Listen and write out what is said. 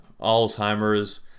Alzheimer's